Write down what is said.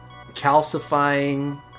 calcifying